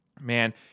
Man